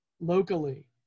locally